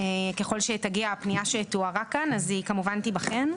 ככל שתגיע הפנייה שתוארה כאן אז היא כמובן תיבחן.